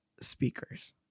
speakers